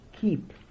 keep